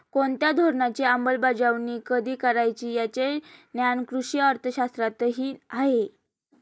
कोणत्या धोरणाची अंमलबजावणी कधी करायची याचे ज्ञान कृषी अर्थशास्त्रातही आहे